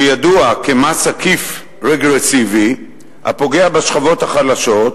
שידוע כמס עקיף רגרסיבי הפוגע בשכבות החלשות,